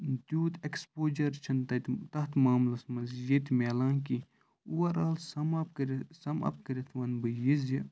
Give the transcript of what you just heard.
تِیُوت exposure چھُنہٕ تَتہِ میلان تَتھ معاملَس منٛز ییٚتہِ مِیلان کِینٛہہ اُوَر آل سَم اَپ سَم اَپ کٔرِتھ وَنہٕ بہٕ یہِ زِ